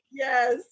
Yes